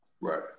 Right